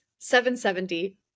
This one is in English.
770